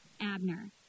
Abner